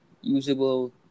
usable